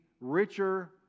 richer